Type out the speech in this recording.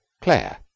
Claire